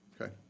Okay